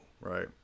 right